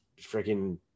freaking